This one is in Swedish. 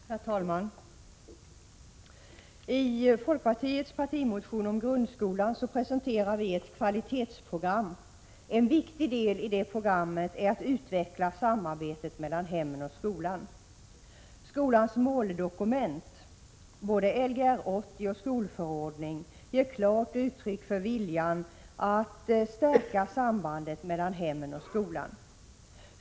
Herr talman! I folkpartiets partimotion om grundskolan presenterar vi ett kvalitetsprogram. En viktig del i detta är att utveckla samarbetet mellan hemmen och skolan. Skolans måldokument, både Lgr 80 och skolförordningen, ger klart uttryck för viljan att stärka sambandet mellan hemmen och skolan.